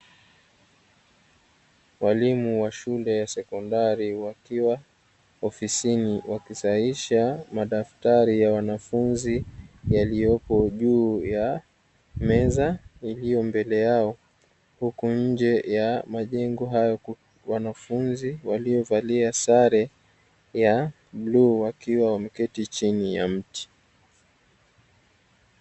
Walimu wa shule ya sekondari wakiwa ofisini wa kisaisha madaftari ya wanafunzi yaliyopo juu ya meza iliyo mbele yao, huku nje ya majengo hayo wanafunzi waliovalia sare ya bluu wakiwa wameketi chini ya mti.